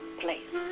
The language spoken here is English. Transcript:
place